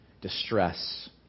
Distress